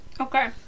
okay